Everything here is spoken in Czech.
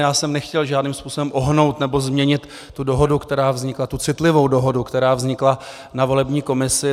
Já jsem nechtěl žádným způsobem ohnout nebo změnit dohodu, která vznikla, tu citlivou dohodu, která vznikla na volební komisi.